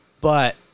But-